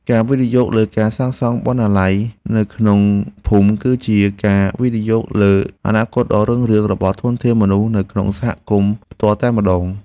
ការវិនិយោគលើការសាងសង់បណ្ណាល័យនៅក្នុងភូមិ គឺជាការវិនិយោគលើអនាគតដ៏រុងរឿងរបស់ធនធានមនុស្សនៅក្នុងសហគមន៍ផ្ទាល់តែម្តង។